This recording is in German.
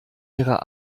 ihrer